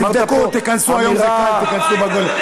אמרת פה אמירה, תיכנסו, היום זה קל, תיכנסו לגוגל.